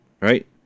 right